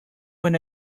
when